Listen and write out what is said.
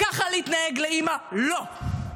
ככה להתנהג לאימא, לא.